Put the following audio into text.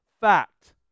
fact